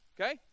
Okay